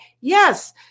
Yes